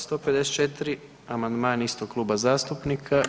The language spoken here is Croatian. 154. amandman istog kluba zastupnika.